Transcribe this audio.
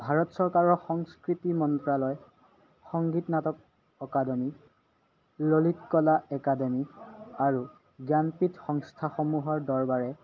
ভাৰত চৰকাৰৰ সংস্কৃতি মন্ত্ৰালয় সংগীত নাটক অকাডেমী ললিত কলা একাডেমী আৰু জ্ঞানপীঠ সংস্থাসমূহৰ দৰবাৰে